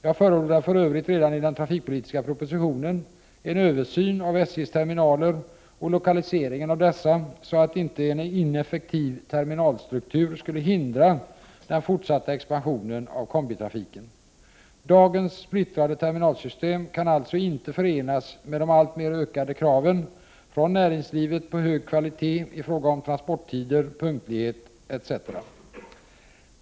Jag förordade för övrigt redan i den trafikpolitiska propositionen en översyn av SJ:s terminaler och lokaliseringen av dessa, så att inte en ineffektiv terminalstruktur skulle hindra den fortsatta expansionen av kombitrafiken. Dagens splittrade terminalsystem kan alltså inte förenas med de alltmer ökade kraven från näringslivet på hög kvalitet i fråga om transporttider, 39 punktlighet etc.